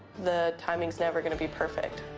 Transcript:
the timing's never gonna be perfect.